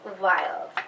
Wild